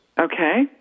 Okay